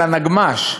על הנגמ"ש.